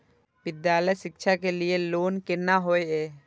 विद्यालय शिक्षा के लिय लोन केना होय ये?